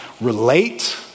relate